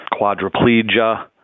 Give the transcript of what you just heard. quadriplegia